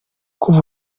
kuva